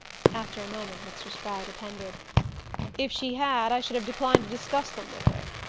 after a moment mr. spragg appended if she had, i should have declined to discuss them with her.